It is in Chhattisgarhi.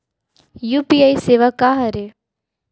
यू.पी.आई सेवा का हरे?